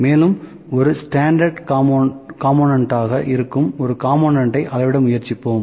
மேலும் ஒரு ஸ்டாண்டர்ட் காம்போனெண்ட்டாக இருக்கும் ஒரு காம்போனெண்ட்டை அளவிட முயற்சிப்போம்